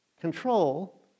control